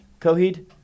Coheed